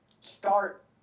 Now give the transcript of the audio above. start